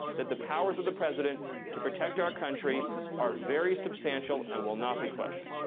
that the powers of the president to protect our country are very substantial and will not be questioned.